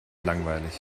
langweilig